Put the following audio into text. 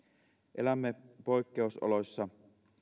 elämme poikkeusoloissa